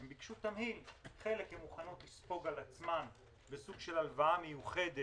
הן ביקשו תמהיל: חלק הן מוכנות לספוג על עצמן בסוג של הלוואה מיוחדת